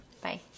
Bye